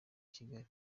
kigali